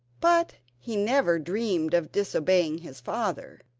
but he never dreamed of disobeying his father,